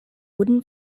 wooden